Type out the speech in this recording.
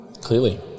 clearly